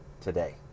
today